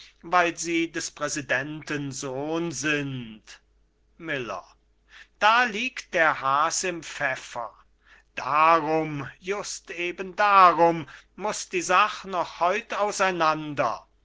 weil sie des präsidenten sohn sind miller da liegt der haas im pfeffer darum just eben darum muß die sach noch heut auseinander